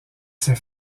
ses